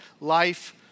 life